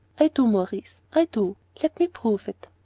i do, maurice i do let me prove it.